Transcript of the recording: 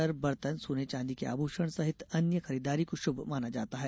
धनतेरस पर बर्तन सोने चांदी के आभूषण सहित अन्य खरीदारी को शुभ माना जाता है